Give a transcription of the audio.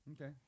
Okay